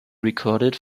recorded